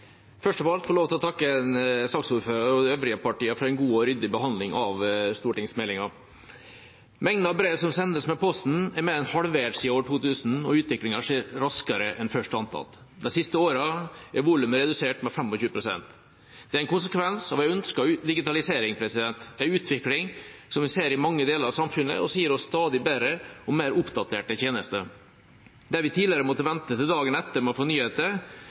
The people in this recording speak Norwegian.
Først av alt vil jeg få lov til å takke saksordføreren og de øvrige partiene for en god og ryddig behandling av stortingsmeldinga. Mengden av brev som sendes med Posten, er mer enn halvert siden år 2000, og utviklingen skjer raskere enn først antatt. De siste årene er volumet redusert med 25 pst. Det er en konsekvens av en ønsket digitalisering, en utvikling som vi ser i mange deler av samfunnet, og som gir oss stadig bedre og mer oppdaterte tjenester. Der vi tidligere måtte vente til dagen etter med å få nyheter,